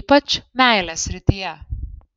ypač meilės srityje